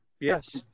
Yes